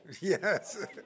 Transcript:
Yes